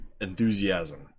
enthusiasm